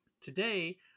Today